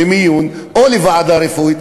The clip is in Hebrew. למיון או לוועדה רפואית,